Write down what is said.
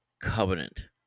covenant